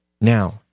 Now